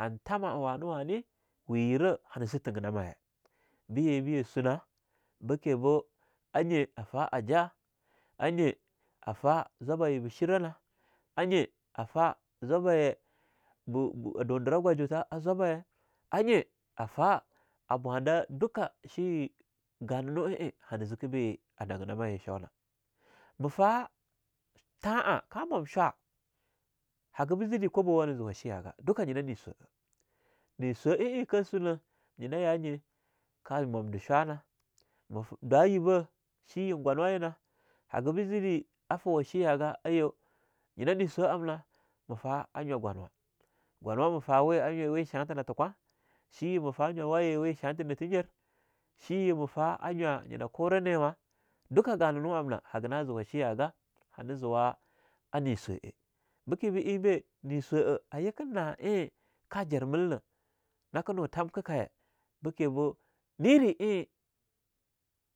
Han tamah wane-wane we yirah hana se tigenamaye, be ye be ya sunah'a, bekebo ah nye a fah a jah, a nye a fah zwabbahyebe shirana a nye a fah zwabbahye bo bo a dudirah gwajutatha zwabbaye, a nye a fah a bwandah dukah shi gananu'a eing hana ziki be a nagina ma a ye shona, ma fah than'a ka mwam shwa'a hagabu zide kwabowa hane zuwa shiyaga duka nyina ne swa'a ne swa'a eing ka sunah nyinah yah nye ka mundir shwa'a na, ma fa dwa yibah shiya eing gwanwa yina, hagabo zide a fuwah shiyah gah aiyo nyinah ne swa'a amna ma fa a nywa gwanwa, gwanwa ma fa weh shatah nathe kwah, shiyah ma fa gwanwa shatah nati nyer, shiyah a swa nyinah koroniwa. Duka ganah nu amnah haga nah zuwa shiya gah, hana zuwa a ne swa'e, bekebo eing bah ne swa'ah ayikinna eing ka jar melnah, na ke nu thamkah kaye, bekebo niri eing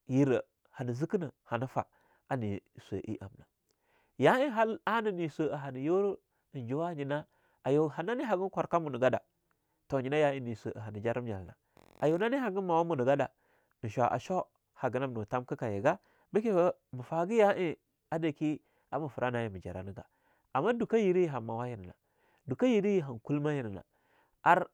yerah hana zikenah hana fa a ane swa ah amnah. Ya eing hal ana ne swa'a hana yura juwah nyina ayo hanani hagan kwarkah muna gadah, toh nyina yaa eing ne swa'a hanah nijarim nyal nah, a yu nane hagan mawah muna gada, eing shwa'a shoo, hagah nam no thankah kayigah, bekebo ma fagah ya eing adaki a ma fra na eing ma jarrah nah nigah ama dukah yiraye han mawa yinana, dukah yiraye han kulma ar...